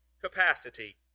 capacity